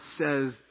says